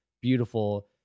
beautiful